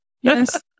Yes